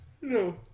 No